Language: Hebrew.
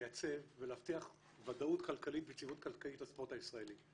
לייצב ולהבטיח ודאות כלכלית ויציבות כלכלית לספורט הישראלי.